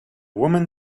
woman